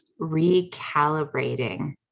recalibrating